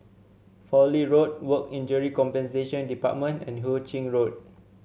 Fowlie Road Work Injury Compensation Department and Hu Ching Road